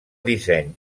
disseny